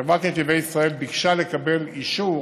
חברת נתיבי ישראל ביקשה לקבל אישור